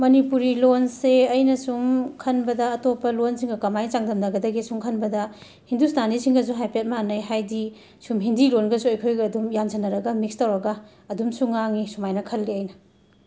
ꯃꯅꯤꯄꯨꯔꯤ ꯂꯣꯟꯁꯦ ꯑꯩꯅ ꯁꯨꯝ ꯈꯟꯕꯗ ꯑꯇꯣꯞꯄ ꯂꯣꯟꯁꯤꯡꯒ ꯀꯃꯥꯏ ꯆꯥꯡꯗꯝꯅꯒꯗꯒꯦ ꯁꯨꯝ ꯈꯟꯕꯗ ꯍꯤꯟꯗꯨꯁꯇꯥꯅꯤꯁꯤꯡꯒꯁꯨ ꯍꯥꯏꯐꯦꯠ ꯃꯥꯅꯩ ꯍꯥꯏꯗꯤ ꯁꯨꯝ ꯍꯤꯟꯗꯤ ꯂꯣꯟꯒꯁꯨ ꯑꯩꯈꯣꯏꯒ ꯑꯗꯨꯝ ꯌꯥꯟꯁꯟꯅꯔꯒ ꯃꯤꯛꯁ ꯇꯧꯔꯒ ꯑꯗꯨꯝꯁꯨ ꯉꯥꯡꯉꯤ ꯁꯨꯃꯥꯏꯅ ꯈꯜꯂꯤ ꯑꯩꯅ